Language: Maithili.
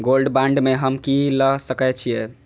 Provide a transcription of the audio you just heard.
गोल्ड बांड में हम की ल सकै छियै?